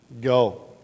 go